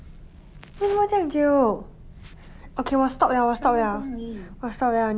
为什么这样久 okay 我 stop 了我 stop 了我 stop 了